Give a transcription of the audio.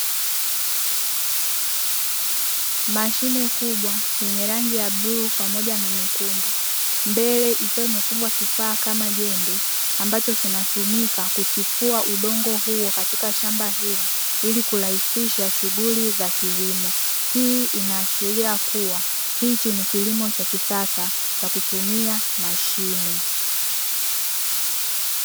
Mashine kubwa yenye rangi ya bluu pamoja na nyekundu. Mbele ikiwa imefungwa kifaa kama jembe ambacho kinatumika kutifua udongo huo katika shamba hilo, ili kurahisisha shughuli za kilimo. Hii inaashiria kuwa hichi ni kilimo cha kisasa cha kutumia mashine.